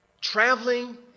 traveling